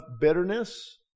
bitterness